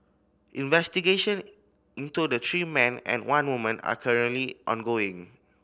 investigation into the three men and one woman are currently ongoing